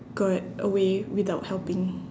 got away without helping